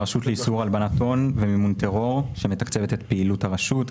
הרשות לאיסור הלבנת הון ומימון טרור שמתקצבת את פעילות הרשות,